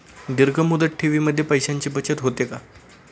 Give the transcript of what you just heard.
दीर्घ मुदत ठेवीमध्ये पैशांची बचत होते का?